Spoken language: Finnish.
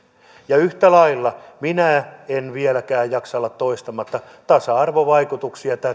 ja yhtä lailla minä en vieläkään jaksa olla toistamatta tasa arvovaikutuksia